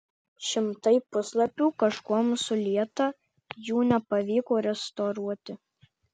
šimtai puslapių kažkuom sulieta jų nepavyko restauruoti